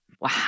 Wow